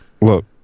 look